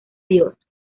dios